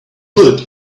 would